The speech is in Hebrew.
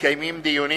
מתקיימים דיונים